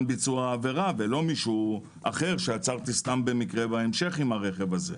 ביצוע העבירה ולא מישהו אחר שעצרתי סתם בהמשך עם הרכב הזה.